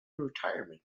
retirement